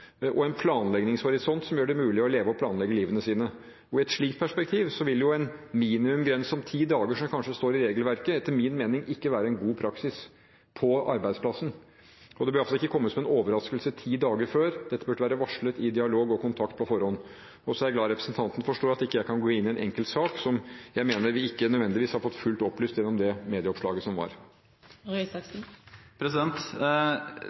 og en planleggingshorisont som gjør det mulig å leve og planlegge livet sitt. I et slikt perspektiv vil jo en minimumsgrense på ti dager, som det kanskje står i regelverket, etter min mening ikke være en god praksis på arbeidsplassen. Det bør iallfall ikke komme som en overraskelse ti dager før. Dette burde vært varslet i dialog og kontakt på forhånd. Så er jeg glad for at representanten forstår at jeg ikke kan gå inn i en enkeltsak, som jeg mener vi ikke nødvendigvis har fått fullt opplyst gjennom medieoppslaget. Jeg har lyst til å fortsette på det